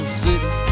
city